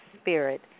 spirit